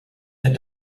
that